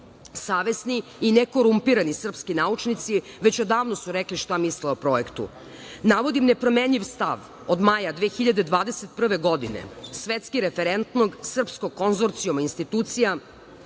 Savesni i nekorumpirani srpski naučnici već odavno su rekli šta misle o projektu. Navodim nepromenjiv stav od maja 2021. godine, svetski referentnog srpskog konzorcijuma institucija